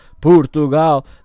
Portugal